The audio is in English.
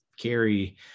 carry